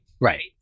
right